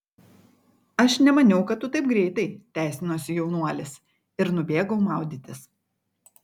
aš nemaniau kad tu taip greitai teisinosi jaunuolis ir nubėgau maudytis